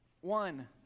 One